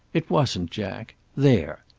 it wasn't jack. there!